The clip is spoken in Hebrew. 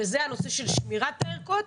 שזה הנושא של שמירת הערכות,